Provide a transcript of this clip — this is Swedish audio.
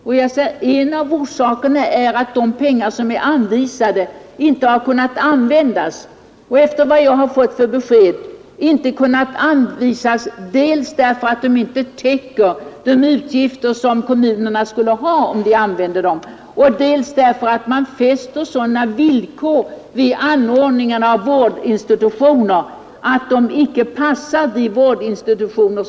Och en av orsakerna är att de pengar som är anvisade inte kunnat användas. Efter vad jag erfarit har de inte kunnat användas dels för att de inte täcker kommunernas utgifter för vården, dels för att man fäster sådana villkor vid anordning av vårdinstitutioner, att dessa inte passar för de vårdbehövande.